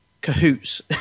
cahoots